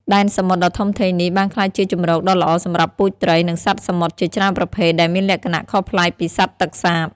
ដែនសមុទ្រដ៏ធំធេងនេះបានក្លាយជាជម្រកដ៏ល្អសម្រាប់ពូជត្រី និងសត្វសមុទ្រជាច្រើនប្រភេទ ដែលមានលក្ខណៈខុសប្លែកពីសត្វទឹកសាប។